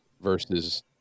versus